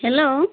hello